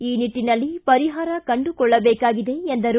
ಆ ನಿಟ್ಟನಲ್ಲಿ ಪರಿಹಾರ ಕಂಡುಕೊಳ್ಳಬೇಕಾಗಿದೆ ಎಂದರು